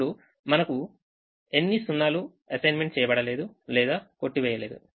ఇప్పుడు మనకు ఎన్ని సున్నాలు అసైన్మెంట్ చేయబడలేదు లేదాకొట్టివేయలేదు